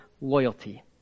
loyalty